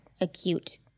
acute